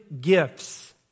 gifts